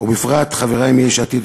ובפרט חברי מיש עתיד,